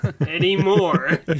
anymore